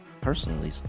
personally